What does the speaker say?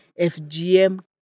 FGM